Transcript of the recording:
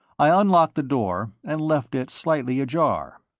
i unlocked the door, and left it slightly ajar.